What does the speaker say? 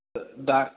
डा